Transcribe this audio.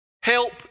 help